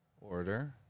order